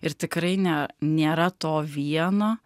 ir tikrai ne nėra to vieno